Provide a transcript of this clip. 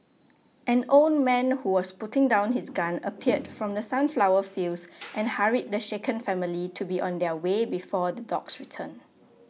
an old man who was putting down his gun appeared from the sunflower fields and hurried the shaken family to be on their way before the dogs return